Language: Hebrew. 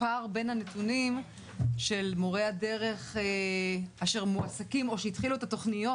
הפער בין הנתונים של מורי הדרך אשר מועסקים או שהתחילו את התכניות